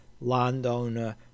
landowner